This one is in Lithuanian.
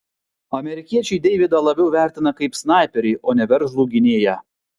amerikiečiai deividą labiau vertina kaip snaiperį o ne veržlų gynėją